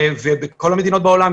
אגב, אפשר היום להעביר